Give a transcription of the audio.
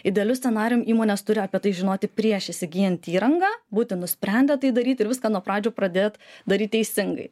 idealiu scenarijum įmonės turi apie tai žinoti prieš įsigyjant įrangą būti nusprendę tai daryti ir viską nuo pradžių pradėt daryt teisingai